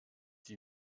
die